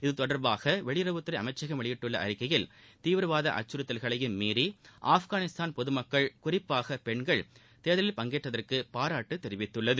இது தொடர்பாக வெளியுறவுத்துறை அமைச்சகம் வெளியிட்டுள்ள அறிக்கையில் தீவிரவாத அச்சுறுத்தல்களையும் மீறி ஆஃப்கானிஸ்தான்பொது மக்கள் குறிப்பாக பெண்கள் தேர்தலில் பங்கேற்றதற்கு பாராட்டு தெரிவித்துள்ளது